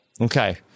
Okay